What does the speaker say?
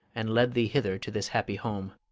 and led thee hither to this happy home.